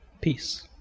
Peace